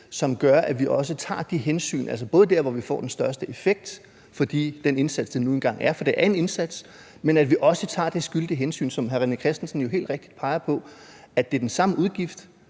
som gør, at vi også tager de skyldige hensyn – altså der, hvor vi får den største effekt, for den indsats, der nu engang er, for det er en indsats – som hr. René Christensen jo helt rigtigt peger på, nemlig at det er den samme udgift,